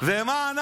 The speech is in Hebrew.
ומה אנחנו?